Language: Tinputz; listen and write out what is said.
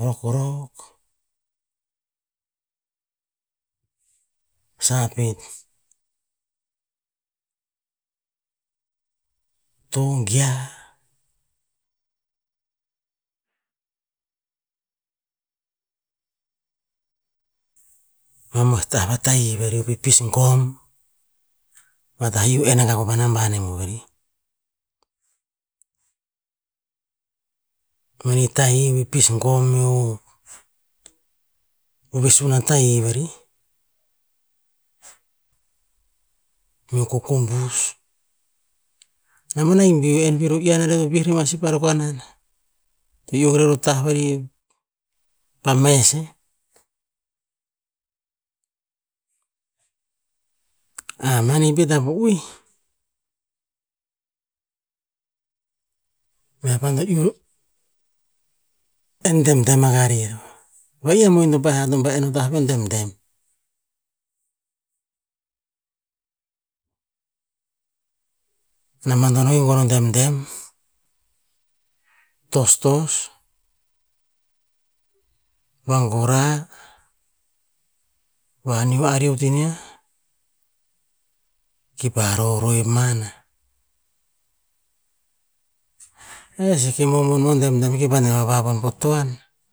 Rokrok, sa pet, togeah. Ama tah va tahi vari, o pipisgom a tah ih iuh enn pa ma ban ari vari. Mani tahi pipisgom eo visun a tahi vari meo kokombus, ama ban ahik bir iuh enn vir ama iyana veh to vih rer sih pa rokanan. To iuh akuk rer o tah vari pa mess e. mani pet po oeh, meh pan to iuh enn demdem rakah rer. Va'i a mohin to pa'eh hat nom pa enn a tah veh, a demdem. A namban to no gogor a demdem, tostos, vagorah, vaniu ariot inia, kipa roroev mana. E seke momon o demdem kepa deh na wawoenia bo toan,